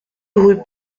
rue